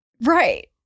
Right